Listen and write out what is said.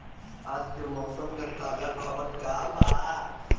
आज के मौसम के ताजा खबर का बा?